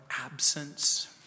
absence